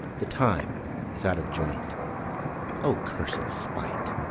the time is out of joint o cursed spite,